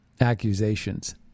accusations